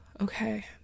okay